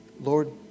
Lord